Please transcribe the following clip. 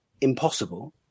impossible